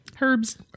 Herbs